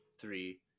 three